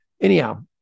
anyhow